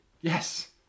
Yes